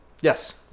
Yes